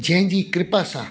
जंहिंजी कृपा सां